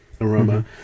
aroma